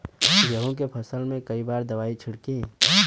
गेहूँ के फसल मे कई बार दवाई छिड़की?